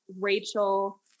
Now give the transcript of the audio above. Rachel